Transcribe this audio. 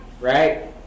right